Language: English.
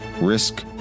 Risk